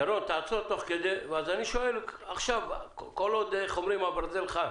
אני שואל כל עוד הברזל חם,